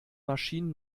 maschinen